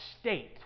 state